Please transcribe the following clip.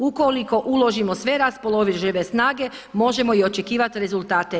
Ukoliko uložimo sve raspoložive snage možemo i očekivati rezultate.